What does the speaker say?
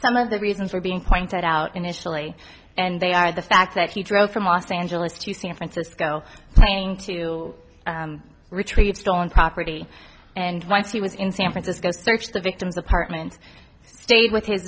some of the reasons were being pointed out initially and they are the fact that he drove from los angeles to san francisco trying to retrieve stolen property and once he was in san francisco searched the victim's apartment stayed with his